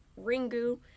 Ringu